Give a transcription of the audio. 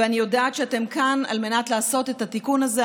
ואני יודעת שאתם כאן על מנת לעשות את התיקון הזה.